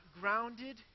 grounded